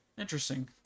Interesting